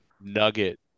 nugget